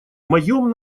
моем